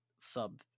sub